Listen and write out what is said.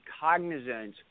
cognizant